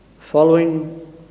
following